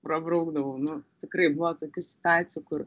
prabraukdavau nu tikrai buvo tokių situacijų kur